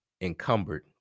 Encumbered